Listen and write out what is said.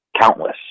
countless